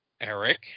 Eric